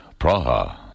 Praha